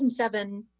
2007